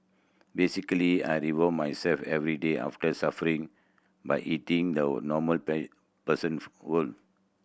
basically I reward myself every day after suffering by eating the normal persons would